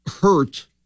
hurt